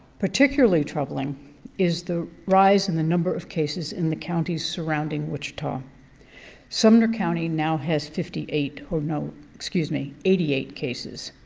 particularly troubling is the rise in the number of cases in the counties surrounding wichita sumner county now has fifty eight. oh, no, excuse me, eighty eight cases.